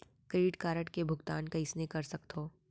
Credit card के भुगतान कइसने कर सकथो?